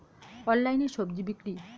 অনলাইনে স্বজি বিক্রি?